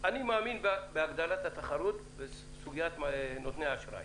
אני מאמין בהגדלת התחרות בסוגיית נותני האשראי,